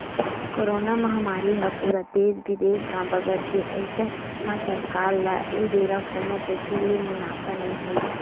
corona महामारी ह पूरा देस बिदेस म बगर गे अइसन म सरकार ल ए बेरा कोनो कोती ले मुनाफा नइ होइस